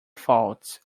faults